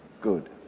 Good